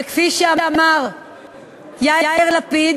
וכפי שאמר יאיר לפיד,